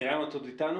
מרים, את עוד אתנו?